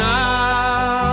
now